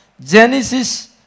Genesis